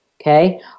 Okay